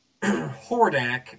Hordak